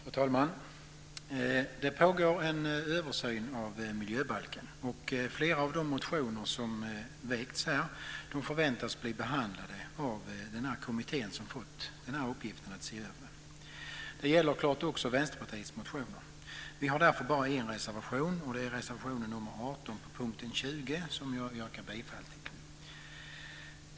Fru talman! Det pågår en översyn av miljöbalken. Flera av de motioner som har väckts förväntas bli behandlade av den kommitté som fått i uppgift att göra denna översyn. Det gäller också Vänsterpartiets motioner. Vi har därför bara en reservation, reservation 18 under punkt 20 som jag yrkar bifall till.